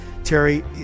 Terry